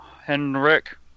Henrik